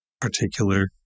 particular